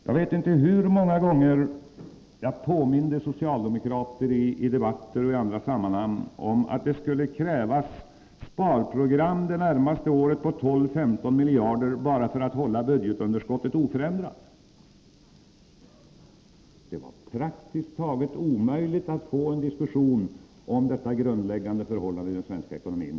Jag vet t.ex. inte hur många gånger jag påminde socialdemokraterna i debatter och i andra sammanhang om att det skulle krävas ett sparprogram det närmaste året på 12-15 miljarder bara för att hålla budgetunderskottet oförändrat. Men det var praktiskt taget omöjligt att få en diskussion med socialdemokraterna om detta grundläggande förhållande i den svenska ekonomin.